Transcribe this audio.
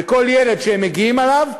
וכל ילד שהם מגיעים אליו,